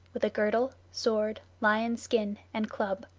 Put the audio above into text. with a girdle, sword, lion's skin, and club.